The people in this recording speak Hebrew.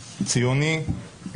ציוני,